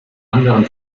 anderen